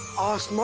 us.